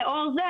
לאור זה,